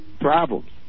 problems